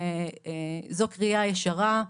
זו קריאה ישרה,